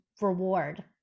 reward